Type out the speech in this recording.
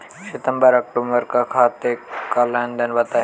सितंबर अक्तूबर का खाते का लेनदेन बताएं